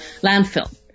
landfill